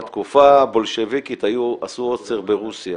-- בתקופה הבולשביקית עשו עוצר ברוסיה,